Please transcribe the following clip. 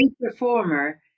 performer